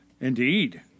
Indeed